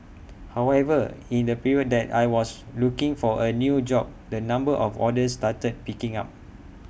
however in the period that I was looking for A new job the number of orders started picking up